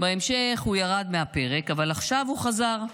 בהמשך הוא ירד מהפרק, אבל עכשיו הוא חזר,